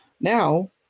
Now